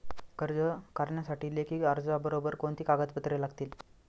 कर्ज करण्यासाठी लेखी अर्जाबरोबर कोणती कागदपत्रे लागतील?